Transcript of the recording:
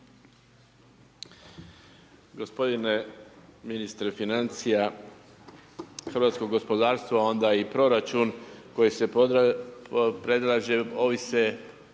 Gospodine ministre financija, hrvatsko gospodarstvo a onda i proračun koji se predlaže ovise